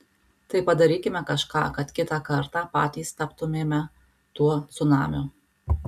tai padarykime kažką kad kitą kartą patys taptumėme tuo cunamiu